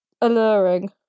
alluring